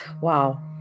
Wow